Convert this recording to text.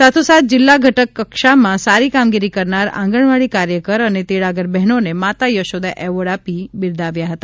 સાથો સાથ જિલ્લા ઘટક કક્ષામાં સારી કામગીરી કરનાર આંગણવાડી કાર્યકર અને તેડાગર બહેનોને માતા યશોદા એવોર્ડ આપી બિરદાવ્યા હતા